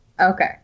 Okay